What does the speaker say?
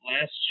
last